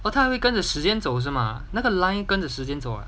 !wow! 他还会跟着时间走是吗那个 line 跟着时间走 ah